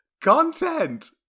content